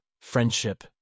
friendship